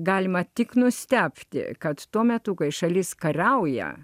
galima tik nustebti kad tuo metu kai šalis kariauja